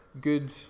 good